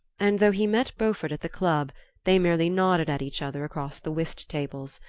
and though he met beaufort at the club they merely nodded at each other across the whist-tables.